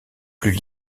plus